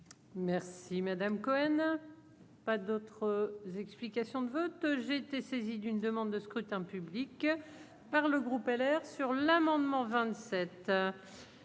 Merci madame Cohen pas d'autre explications de vote, j'ai été saisi d'une demande de scrutin public par le groupe LR sur l'amendement 27